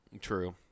True